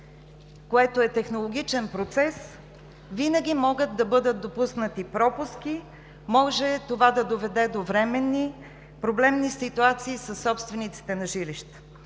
което е технологичен процес, винаги могат да бъдат допуснати пропуски, може това да доведе до временни проблемни ситуации със собствениците на жилища.